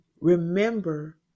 remember